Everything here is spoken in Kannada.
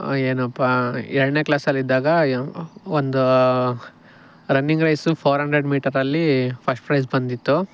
ಏನಪ್ಪಾ ಎರಡನೇ ಕ್ಲಾಸ್ನಲ್ಲಿ ಇದ್ದಾಗ ಒಂದು running race four hundred metre ಅಲ್ಲಿ ಫಸ್ಟ್ ಪ್ರೈಜ್ ಬಂದಿತ್ತು